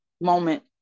moment